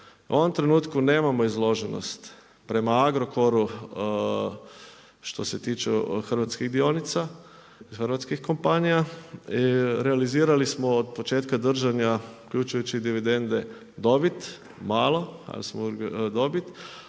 U ovom trenutku nemamo izloženost prema Agrokoru, što se tiče hrvatskih dionica i hrvatskih kompanija i realizirali smo od početka držanja uključujući dividende dobit malo, ali … dobit,